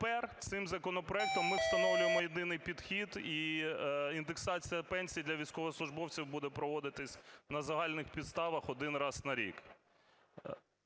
тепер цим законопроектом ми встановлюємо єдиний підхід і індексація пенсій для військовослужбовців буде проводитись на загальних підставах один раз на рік.